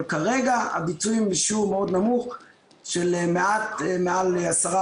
אבל כרגע הביצועים עם מימוש מאוד נמוך של מעט מעל 10%,